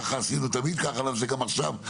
ככה עשינו תמיד וככה נעשה גם עכשיו.